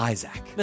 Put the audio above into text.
Isaac